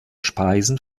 speisen